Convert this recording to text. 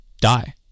die